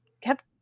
kept